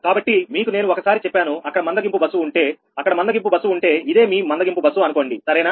కాబట్టి మీకు నేను ఒక సారి చెప్పాను అక్కడ మందగింపు బస్సు ఉంటే అక్కడ మందగింపు బస్సు ఉంటే ఇదే మీ మందగింపు బస్సు అనుకోండి సరేనా